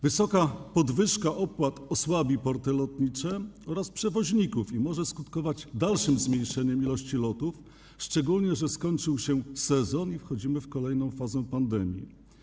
Wysoka podwyżka opłat osłabi porty lotnicze oraz przewoźników i może skutkować dalszym zmniejszeniem liczby lotów, szczególnie że skończył się sezon i wchodzimy w kolejną fazę pandemii.